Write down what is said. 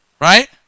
Right